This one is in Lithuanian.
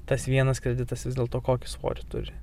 tas vienas kreditas vis dėlto kokį svorį turi